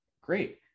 great